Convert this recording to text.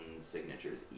signatures